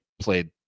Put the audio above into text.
played